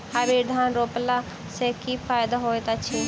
Hybrid धान रोपला सँ की फायदा होइत अछि?